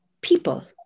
people